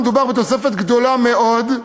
מדובר בתוספת גדולה מאוד,